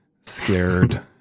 scared